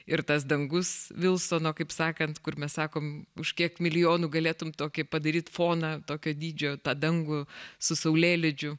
ir tas dangus vilsono kaip sakant kur mes sakom už kiek milijonų galėtum tokį padaryt foną tokio dydžio tą dangų su saulėlydžiu